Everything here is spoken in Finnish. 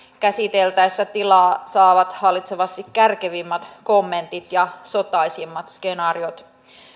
käsiteltäessä tilaa saavat hallitsevasti kärkevimmät kommentit ja sotaisimmat skenaariot